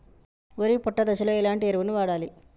వరి పొట్ట దశలో ఎలాంటి ఎరువును వాడాలి?